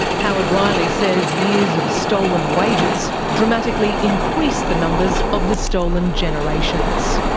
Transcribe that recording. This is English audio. howard riley says years of stolen wages dramatically increased the numbers of the stolen generations.